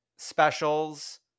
Specials